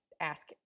ask